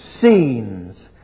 scenes